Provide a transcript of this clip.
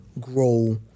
grow